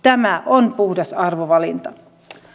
tämä on puhdas arvovalinta